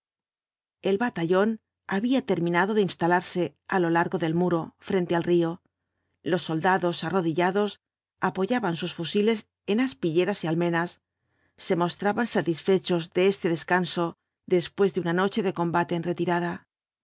el batallón había terminado de instalarse á lo largo del muro frente al río los soldados arrodillados apoyaban sus fusiles en aspilleras y almenas se mostraban satisfechos de este descanso después de una noche de combate en retirada